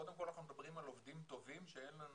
קודם כל אנחנו מדברים על עובדים טובים שאין לנו